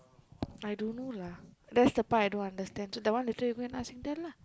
I don't know lah that's the part I don't understand so that one later you go and ask singtel lah